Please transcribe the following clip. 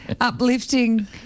Uplifting